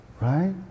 Right